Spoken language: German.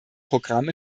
programm